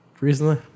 recently